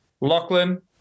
Lachlan